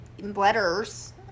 letters